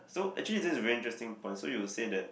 so actually this is a very interesting point so you'll say that